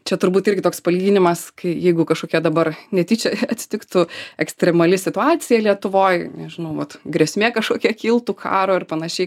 čia turbūt irgi toks palyginimas kai jeigu kažkokia dabar netyčia atsitiktų ekstremali situacija lietuvoj nežinau vat grėsmė kažkokia kiltų karo ir panašiai